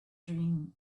dream